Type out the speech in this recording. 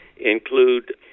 include